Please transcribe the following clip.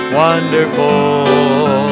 wonderful